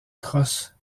crosse